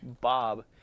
bob